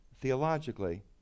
theologically